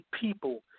people